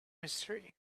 mystery